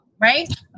right